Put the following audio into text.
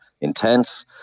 intense